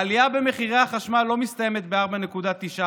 העלייה במחירי החשמל לא מסתיימת ב-4.9%,